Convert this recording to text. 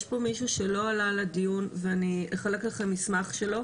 יש פה מישהו שלא עלה לדיון ואני אחלק לכם מסמך שלו.